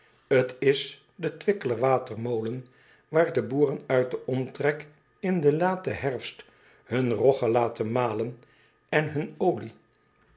t s de wickeler watermolen waar de boeren uit den omtrek in den laten herfst hun rogge laten malen en hun olie